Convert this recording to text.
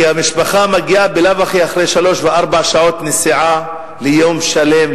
כי המשפחה מגיעה בלאו-הכי אחרי שלוש וארבע שעות נסיעה ליום שלם,